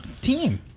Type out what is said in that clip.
team